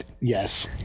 Yes